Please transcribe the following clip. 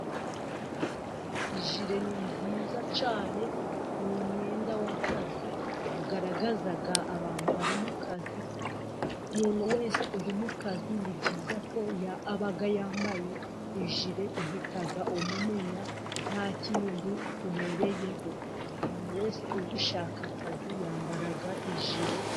Ijile ni nziza cyane ni umwenda w'akazi, ugaragaza abantu bari mu kazi. Umuntu wese uri mu kazi ni byiza ko aba yambaye ijile uhita umumenya nta kindi urebeyeho. umuntu wese uri gushaka akazi yambara ijile.